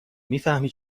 میفهمی